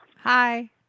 Hi